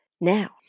now